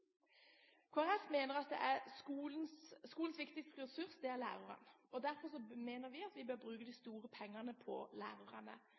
Folkeparti mener at skolens viktigste ressurs er læreren. Derfor mener vi at vi bør bruke de store pengene på lærerne.